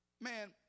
man